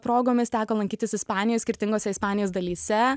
progomis teko lankytis ispanijoj skirtingose ispanijos dalyse